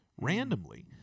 randomly